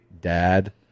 dad